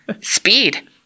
Speed